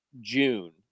June